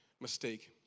mistake